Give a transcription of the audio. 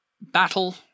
battle